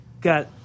got